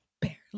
Barely